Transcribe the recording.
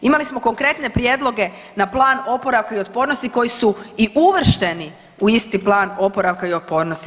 Imali smo konkretne prijedloge na Plan oporavka i otpornosti koji su i uvršteni u isti Plan oporavka i otpornosti.